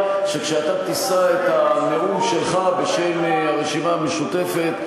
שכשאתה תישא את הנאום שלך בשם הרשימה המשותפת,